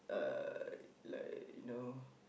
uh ilke you know